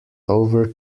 over